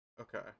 Okay